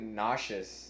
nauseous